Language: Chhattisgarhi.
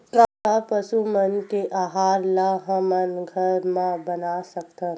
का पशु मन के आहार ला हमन घर मा बना सकथन?